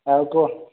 ଆଉ କହ